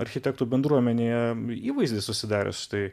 architektų bendruomenėje įvaizdis susidaręs tai